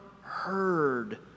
heard